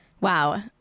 Wow